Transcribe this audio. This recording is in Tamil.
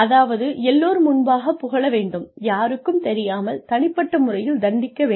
அதாவது எல்லோர் முன்பாக புகழ வேண்டும் யாருக்கும் தெரியாமல் தனிப்பட்ட முறையில் தண்டிக்க வேண்டும்